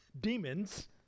demons